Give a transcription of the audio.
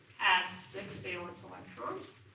six valence electrons.